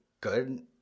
good